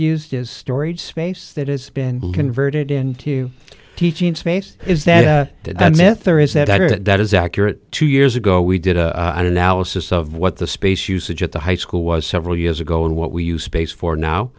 used as storage space that has been converted into teaching space is that myth or is that it that is accurate two years ago we did an analysis of what the space usage at the high school was several years ago and what we use base for now